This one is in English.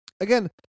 Again